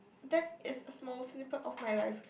that is a snippet of my life